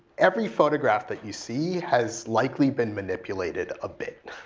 every photograph that you see has likely been manipulated a bit,